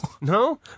No